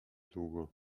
długo